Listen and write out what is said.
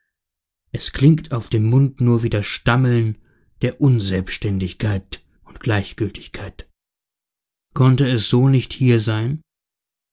herzens es klingt auf dem mund nur wie das stammeln der unselbständigkeit und gleichgültigkeit konnte es so nicht hier sein